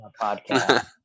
Podcast